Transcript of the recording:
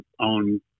own